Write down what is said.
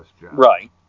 Right